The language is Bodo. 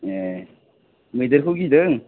एह मैदेरखौ गिदों